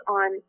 on